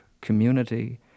community